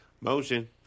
Motion